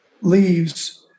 leaves